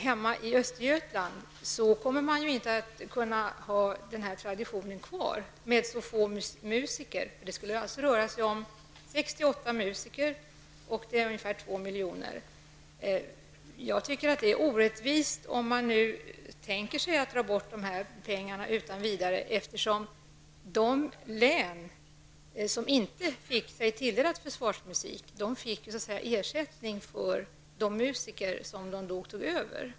Hemma i Östergötland kommer man inte att kunna ha den här traditionen kvar med så få musiker. Det skulle röra sig om 6--8 musiker till en kostnad av ungefär 2 miljoner. Jag tycker att det är orättvist om man nu tänker sig att dra bort de här pengarna utan vidare, eftersom de län som inte blev tilldelade försvarsmusik fick ersättning för de musiker som de tog över.